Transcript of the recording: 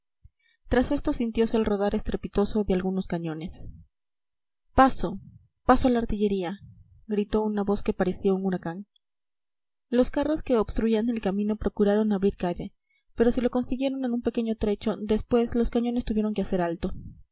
tras esto sintiose el rodar estrepitoso de algunos cañones paso paso a la artillería gritó una voz que parecía un huracán los carros que obstruían el camino procuraron abrir calle pero si lo consiguieron en un pequeño trecho después los cañones tuvieron que hacer alto